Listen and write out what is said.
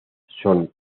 son